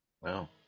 Wow